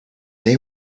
they